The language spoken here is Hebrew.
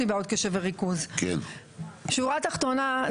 שורה תחתונה,